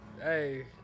Hey